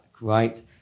right